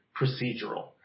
procedural